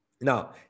Now